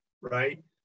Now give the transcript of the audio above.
right